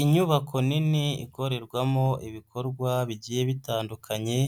Inyubako nini ikorerwamo ibikorwa bigiye bitandukanye